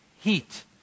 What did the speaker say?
heat